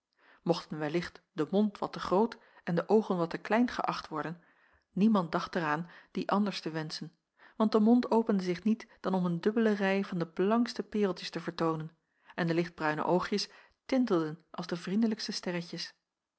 mochten wellicht de mond wat te groot en de oogen wat te klein geächt worden niemand dacht er aan die anders te wenschen want de mond opende zich niet dan om een dubbele rij van de blankste pereltjes te vertoonen en de lichtbruine oogjes tintelden als de vriendelijkste sterretjes